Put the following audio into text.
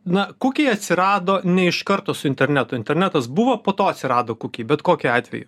na kukiai atsirado ne iš karto su internetu internetas buvo po to atsirado kukiai bet kokiu atveju